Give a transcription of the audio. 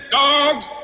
dogs